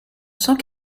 cent